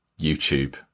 YouTube